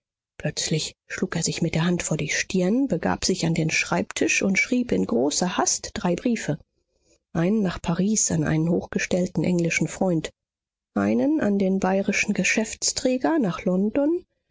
plötzlich schlug er sich mit der hand vor die stirn begab sich an den schreibtisch und schrieb in großer hast drei briefe einen nach paris an einen hochgestellten englischen freund einen an den bayrischen geschäftsträger nach london